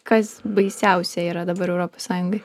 kas baisiausia yra dabar europos sąjungai